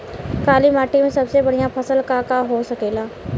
काली माटी में सबसे बढ़िया फसल का का हो सकेला?